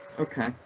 Okay